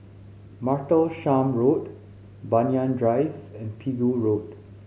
Martlesham Road Banyan Drive and Pegu Road